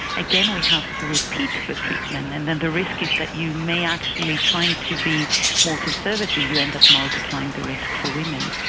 again, we have to repeat the treatment, and the risk is that you may actually, trying to be more conservative, you end up multiplying the risk for women.